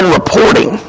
reporting